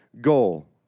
goal